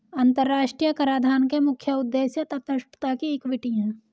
अंतर्राष्ट्रीय कराधान के मुख्य उद्देश्य तटस्थता और इक्विटी हैं